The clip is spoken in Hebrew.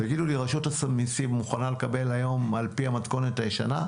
רשות המיסים מוכנה לקבל היום דוחות כספיים על פי המתכונת הישנה?